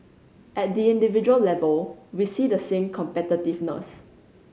at the individual level we see the same competitiveness